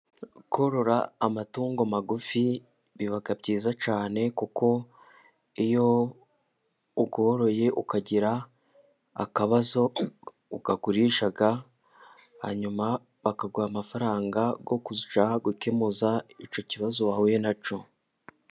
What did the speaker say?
Korora amatungo magufi biba byiza cyane, kuko iyo uyoroye ukagira akabazo uyagurisha, hanyuma bakaguha amafaranga yo kujya gukemuza icyo kibazo wahuye na cyo.